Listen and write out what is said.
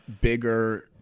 bigger